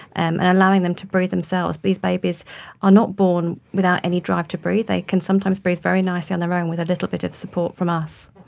and allowing them to breathe themselves. these babies are not born without any drive to breathe, they can sometimes breathe very nicely on their own with a little bit of support from us.